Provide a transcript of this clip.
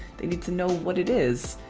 they need to know what it is.